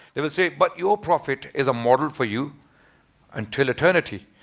they will say but your prophet is a model for you and till eternity.